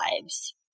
lives